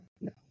No